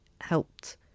helped